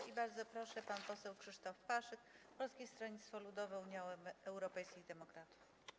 I bardzo proszę, pan poseł Krzysztof Paszyk, Polskie Stronnictwo Ludowe - Unia Europejskich Demokratów.